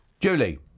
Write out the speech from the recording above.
Julie